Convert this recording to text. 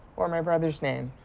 or my brother's name.